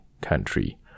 country